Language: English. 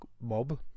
mob